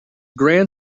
grand